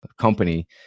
company